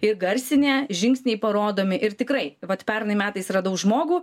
įgarsinę žingsniai parodomi ir tikrai vat pernai metais radau žmogų